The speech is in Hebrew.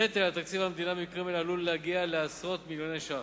הנטל על תקציב המדינה במקרים אלה עלול להגיע לעשרות מיליוני שקלים,